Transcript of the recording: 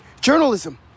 journalism